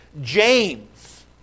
James